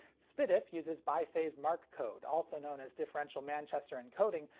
so pdif uses biphase mark code, also known as differential manchester encoding,